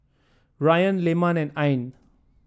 Ryan Leman and Ain